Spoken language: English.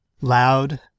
Loud